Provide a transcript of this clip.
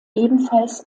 ebenfalls